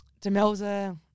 Demelza